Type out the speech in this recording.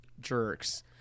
jerks